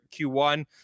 Q1